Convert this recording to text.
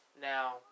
Now